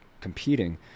competing